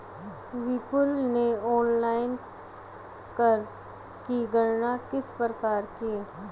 विपुल ने ऑनलाइन कर की गणना किस प्रकार की?